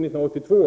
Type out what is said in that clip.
till bl.a. patentfrågorna.